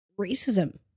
racism